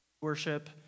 Worship